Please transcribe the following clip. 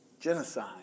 Genocide